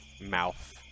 mouth